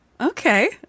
okay